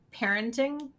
parenting